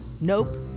Nope